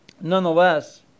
Nonetheless